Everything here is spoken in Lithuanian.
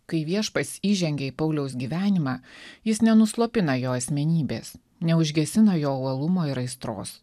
kai viešpats įžengia į pauliaus gyvenimą jis nenuslopina jo asmenybės neužgesina jo uolumo ir aistros